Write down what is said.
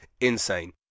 insane